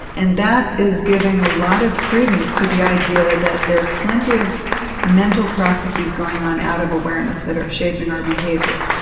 and that is giving a lot of credence to the idea that there are plenty of mental processes going on out of awareness that are shaping our behaviour.